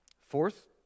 Fourth